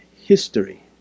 history